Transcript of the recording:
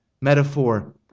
metaphor